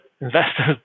investors